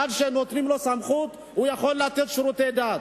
עד שנותנים לו סמכות, הוא יכול לתת שירותי דת.